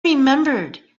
remembered